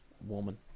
woman